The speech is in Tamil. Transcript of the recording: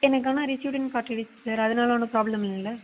எனக்கு ஆனால் ரிசீவ்டுனு காட்டிடுச்சு சார் அதனால ஒன்றும் ப்ராப்லம் இல்லைல்ல